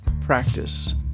practice